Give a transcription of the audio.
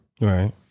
Right